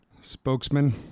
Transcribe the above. spokesman